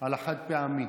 על החד-פעמי,